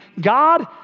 God